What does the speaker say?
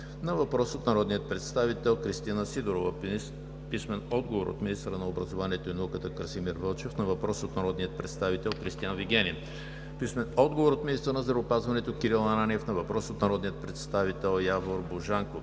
на въпрос от народния представител Кристина Сидорова; - министъра на образованието и науката Красимир Вълчев на въпрос от народния представител Кристиан Вигенин; - министъра на здравеопазването Кирил Ананиев на въпрос от народния представител Явор Божанков;